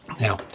Now